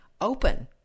open